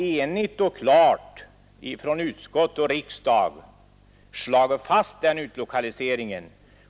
Utskott och riksdag har enigt och klart slagit fast den utlokaliseringen.